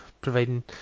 providing